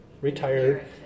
retired